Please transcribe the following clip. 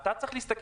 אתה צריך להסתכל,